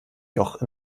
joch